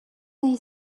they